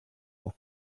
pour